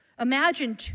Imagine